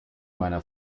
meiner